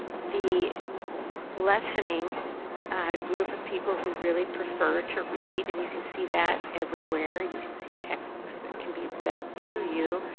the lessening group of people who really prefer to read and you can see that everywhere. you can see textbooks that can be read to you.